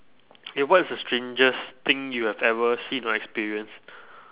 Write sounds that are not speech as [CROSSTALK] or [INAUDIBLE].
K what is the strangest thing you have ever seen or experienced [BREATH]